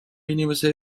inimese